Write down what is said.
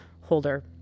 holder